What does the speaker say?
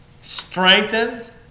strengthens